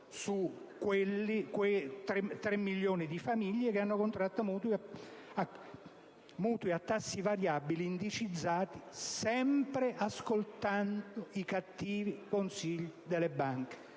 su tre milioni di famiglie che hanno contratto mutui a tassi variabili indicizzati, sempre ascoltando i cattivi consigli delle banche.